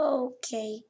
okay